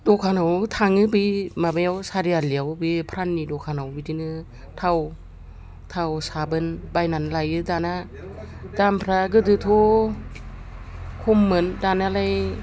दखानाव थाङो बे माबायाव सारिआलियाव बे फ्राननि दखानाव बिदिनो थाव थाव साबोन बायनानै लायो दाना दामफ्रा गोदोथ' खममोन दानालाय